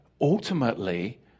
ultimately